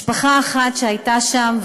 משפחה אחת שהייתה שם,